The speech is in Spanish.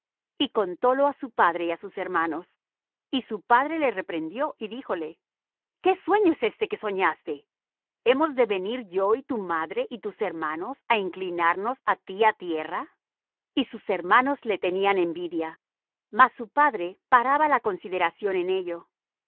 y contólo á su padre y á sus hermanos y su padre le reprendió y díjole qué sueño es este que soñaste hemos de venir yo y tu madre y tus hermanos á inclinarnos á ti á tierra y sus hermanos le tenían envidia mas su padre paraba la consideración en ello